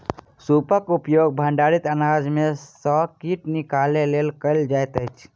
सूपक उपयोग भंडारित अनाज में सॅ कीट निकालय लेल कयल जाइत अछि